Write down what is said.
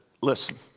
listen